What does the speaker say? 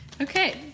Okay